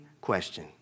question